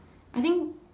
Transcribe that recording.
I think